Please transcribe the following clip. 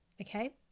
okay